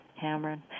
Cameron